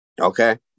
Okay